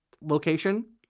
location